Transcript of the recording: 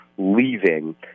leaving